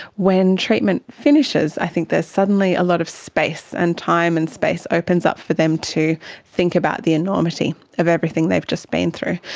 when treatment finishes, i think there's suddenly a lot of space, and time and space opens up for them to think about the enormity of everything they've just been through.